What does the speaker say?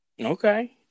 Okay